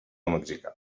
mexicà